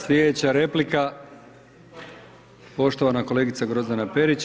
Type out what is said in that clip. Slijedeća replika poštovana kolegica Grozdana Perić.